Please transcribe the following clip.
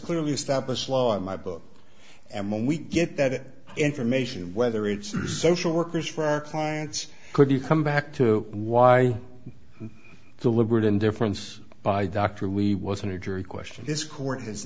clearly established law in my book and when we get that information whether it's the social workers for our clients could you come back to why deliberate indifference by doctor we was on a jury question this court has